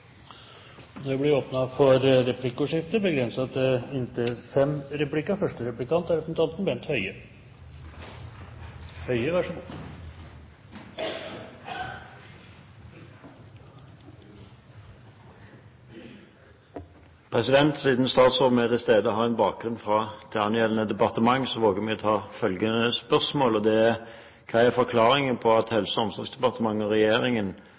Det blir replikkordskifte. Siden statsråden som er til stede, har en bakgrunn fra det angjeldende departement, våger jeg å stille følgende spørsmål: Hva er forklaringen på at Helse- og omsorgsdepartementet og regjeringen